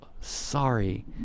sorry